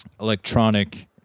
electronic